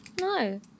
No